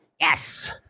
yes